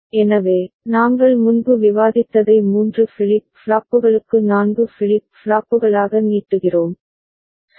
எனவே நாங்கள் முன்பு விவாதித்ததை மூன்று ஃபிளிப் ஃப்ளாப்புகளுக்கு நான்கு ஃபிளிப் ஃப்ளாப்புகளாக நீட்டுகிறோம் சரி